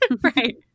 right